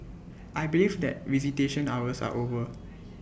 I believe that visitation hours are over